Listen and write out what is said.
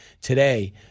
today